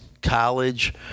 College